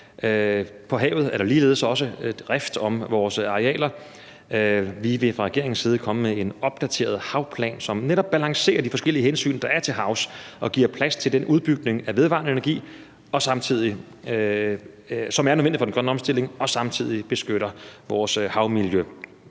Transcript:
På havet er der ligeledes rift om vores arealer. Vi vil fra regeringens side komme med en opdateret havplan, som netop balancerer de forskellige hensyn, der er til havs, og giver plads til den udbygning af vedvarende energi, som er nødvendig for den grønne omstilling og samtidig beskytter vores havmiljø.